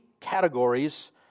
categories